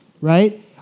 right